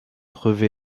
revêt